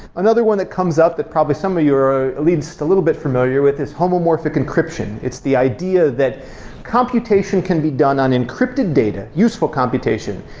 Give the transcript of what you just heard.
another one that comes up that probably some of you are at least a little bit familiar with this homomorphic encryption. it's the idea that computation can be done unencrypted data, useful computation,